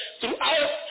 throughout